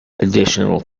additional